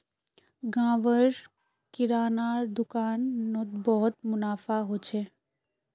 गांव र किराना दुकान नोत बहुत मुनाफा हो छे